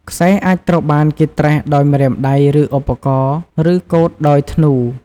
ខ្សែអាចត្រូវបានត្រេះដោយម្រាមដៃ ឬឧបករណ៍ ឬកូតដោយធ្នូ។